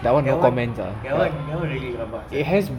that [one] that [one] that [one] really rabak sia